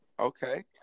Okay